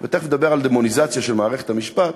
תכף נדבר על דמוניזציה של מערכת המשפט,